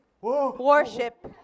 Warship